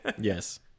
Yes